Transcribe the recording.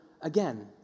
again